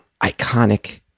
iconic